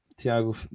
Tiago